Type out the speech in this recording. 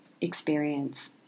experience